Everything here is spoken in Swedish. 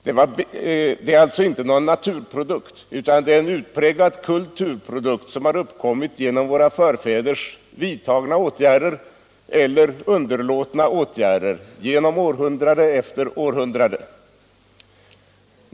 Det är alltså inte någon naturprodukt utan det är en utpräglad kulturprodukt som har uppkommit genom våra förfäders vidtagna eller underlåtna åtgärder århundrade efter århundrade.